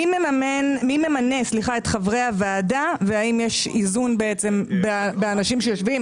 מי ממנה את חברי הוועדה והאם יש איזון באנשים שיושבים?